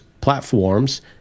platforms